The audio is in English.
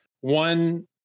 one